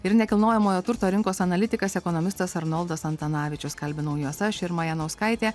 ir nekilnojamojo turto rinkos analitikas ekonomistas arnoldas antanavičius kalbinau juos aš irma janauskaitė